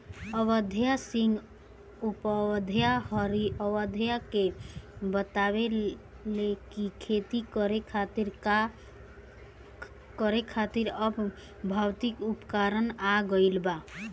अयोध्या सिंह उपाध्याय हरिऔध के बतइले कि खेती करे खातिर अब भौतिक उपकरण आ गइल बा